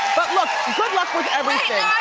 but look good luck with everything.